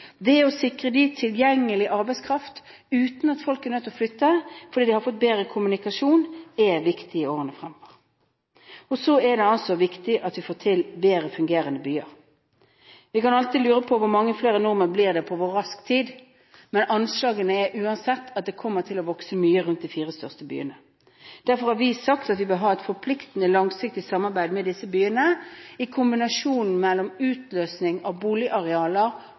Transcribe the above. Det å sikre dem tilgjengelig arbeidskraft uten at folk er nødt til å flytte, fordi de har fått bedre kommunikasjon, er viktig i årene fremover. Så er det viktig at vi får til bedre fungerende byer. Vi kan alltids lure på hvor mange flere nordmenn det blir på hvor kort tid, men anslagene er uansett at det kommer til å vokse mye rundt de fire største byene. Derfor har vi sagt at vi vil ha et forpliktende, langsiktig samarbeid med disse byene, der utløsning av boligarealer